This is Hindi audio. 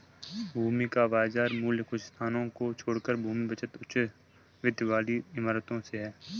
भूमि का बाजार मूल्य कुछ स्थानों को छोड़कर भूमि बचत उच्च वृद्धि वाली इमारतों से है